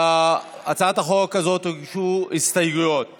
להצעת החוק הזאת הוגשו הסתייגויות